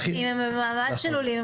אם הם במעמד של עולים,